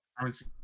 currency